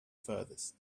furthest